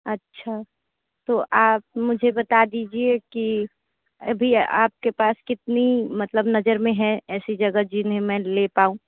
अच्छा तो आप मुझे बता दीजिए कि अभी आप के पास कितनी मतलब नज़र में है ऐसी जगह जिन्हें मैं ले पाऊँ